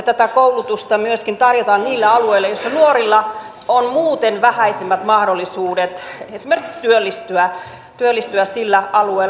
tätä koulutusta myöskin tarjotaan niillä alueilla joissa nuorilla on muuten vähäisemmät mahdollisuudet esimerkiksi työllistyä sillä alueella